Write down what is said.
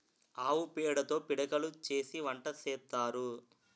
ఆవు పేడతో పిడకలు చేసి వంట సేత్తారు